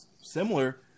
similar